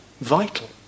vital